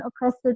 oppressed